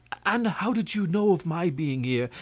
and how did you know of my being here?